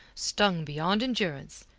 stung beyond endurance,